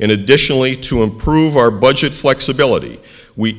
and additionally to improve our budget flexibility we